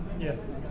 Yes